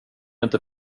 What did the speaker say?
inte